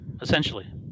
essentially